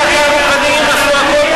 אני מציע לך להיות יותר צנוע.